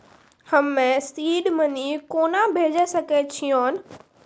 हम्मे seed money कोना भेजी सकै छिओंन